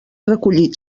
recollit